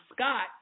Scott